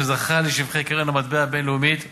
שזכה לשבחי קרן המטבע הבין-לאומית וה-OECD,